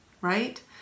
right